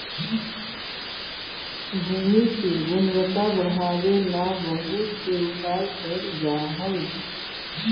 भूमि के गुणवत्ता बढ़ावे ला बहुत से उपाय कैल जा हई